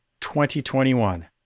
2021